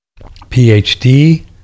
PhD